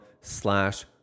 slash